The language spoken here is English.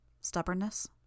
Stubbornness